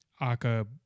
Aka